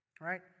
right